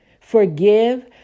forgive